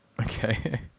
Okay